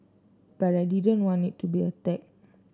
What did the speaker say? but I didn't want it to be a tag